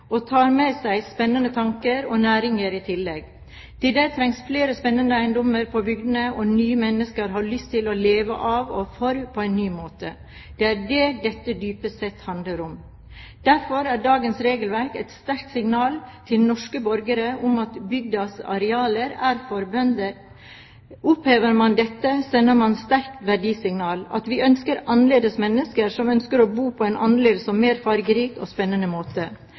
og tar med seg spennende tanker og næringer i tillegg. Til det trengs flere spennende eiendommer på bygdene, som nye mennesker har lyst til å leve av og for på nye måter. Det er det dette dypest sett handler om. Derfor er dagens regelverk et sterkt signal til norske borgere om at bygdas arealer er for bønder. Opphever man dette, sender man et sterkt verdisignal – at vi ønsker annerledes mennesker som ønsker å bo på en annerledes og mer fargerik og spennende måte.